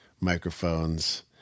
microphones